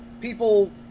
people